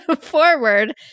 forward